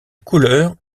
couleur